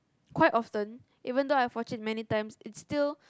quite often even though I've watched it many times it still